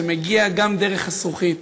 שמגיע גם דרך הזכוכית,